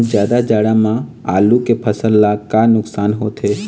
जादा जाड़ा म आलू के फसल ला का नुकसान होथे?